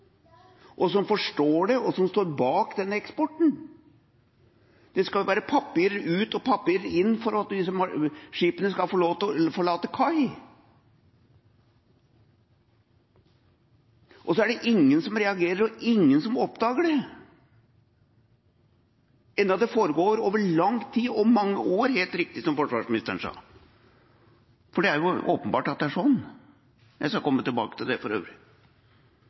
som forstår det, og som står bak denne eksporten. Det skal være papirer ut og papirer inn for at skipene skal få lov til å forlate kai. Og så er det ingen som reagerer, og ingen som oppdager det, enda det foregår over lang tid og mange år, som forsvarsministeren helt riktig sa. Det er åpenbart at det er sånn. Jeg skal komme tilbake til det, for øvrig.